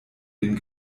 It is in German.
den